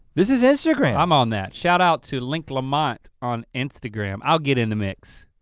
this is instagram. i'm on that. shout-out to linklamont on instagram. i'll get in the mix.